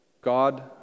God